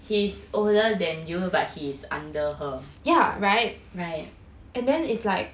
he's older than you but he's under her yeah right